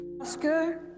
Oscar